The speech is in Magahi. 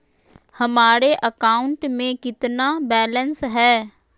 हमारे अकाउंट में कितना बैलेंस है?